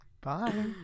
Bye